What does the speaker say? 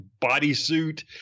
bodysuit